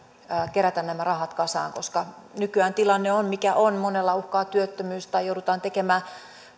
kerätä nämä rahat kasaan koska nykyään tilanne on mikä on monia uhkaa työttömyys tai joudutaan tekemään